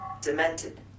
Demented